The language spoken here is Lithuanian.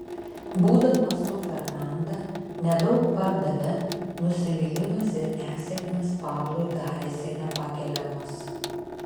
būdamas su fernanda nedaug pardavė nusivylimas ir nesėkmės pablui darėsi nepakeliamos